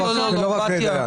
לא רק דיין.